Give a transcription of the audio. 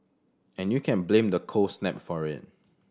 and you can blame the cold snap for it